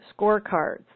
scorecards